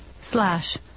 slash